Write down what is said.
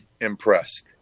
impressed